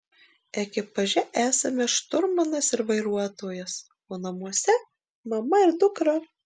ekipaže esame šturmanas ir vairuotojas o namuose mama ir dukra